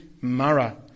Mara